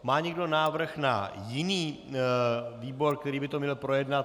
Má někdo návrh na jiný výbor, který by to měl projednat?